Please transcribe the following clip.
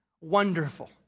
Wonderful